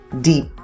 Deep